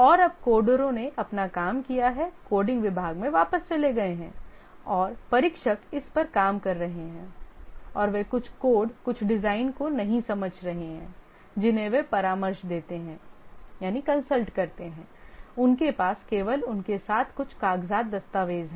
और अब कोडरों ने अपना काम किया है कोडिंग विभाग में वापस चले गए हैं और परीक्षक इस पर काम कर रहे हैं और वे कुछ कोड कुछ डिज़ाइन को नहीं समझते जिन्हें वे परामर्श देते हैं उनके पास केवल उनके साथ कुछ कागज़ात दस्तावेज़ हैं